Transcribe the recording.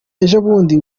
ejobundi